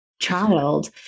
child